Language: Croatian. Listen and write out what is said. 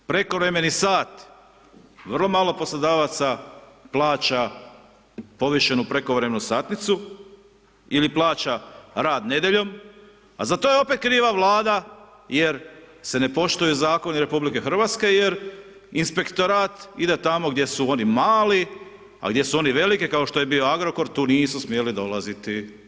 Prekovremeni sati, vrlo malo poslodavaca plaća povišenu prekovremenu satnicu ili plaća rad nedjeljom a za to je opet kriva Vlada je se ne poštuju zakoni RH jer inspektorat ide tamo gdje su oni mali a gdje su oni veliki kao što je bio Agrokor, tu nisu smjeli dolaziti.